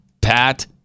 Pat